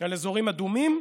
על אזורים אדומים.